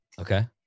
Okay